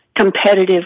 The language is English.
competitive